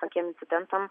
tokiem incidentam